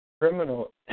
criminal